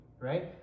right